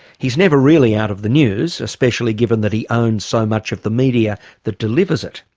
he's never really out of the news especially given that he owns so much of the media that delivers it.